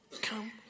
come